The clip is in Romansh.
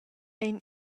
ein